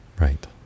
right